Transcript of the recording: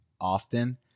often